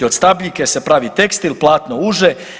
Od stabljike se pravi tekstil, platno, uže.